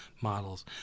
models